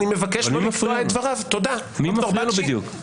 מי מפריע לו בדיוק?